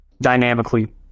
dynamically